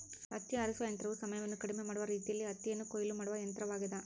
ಹತ್ತಿ ಆರಿಸುವ ಯಂತ್ರವು ಸಮಯವನ್ನು ಕಡಿಮೆ ಮಾಡುವ ರೀತಿಯಲ್ಲಿ ಹತ್ತಿಯನ್ನು ಕೊಯ್ಲು ಮಾಡುವ ಯಂತ್ರವಾಗ್ಯದ